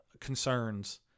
concerns